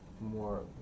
more